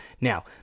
Now